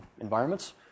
environments